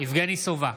יבגני סובה,